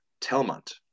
Telmont